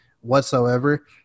whatsoever